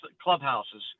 clubhouses